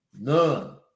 None